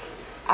are